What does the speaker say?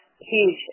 huge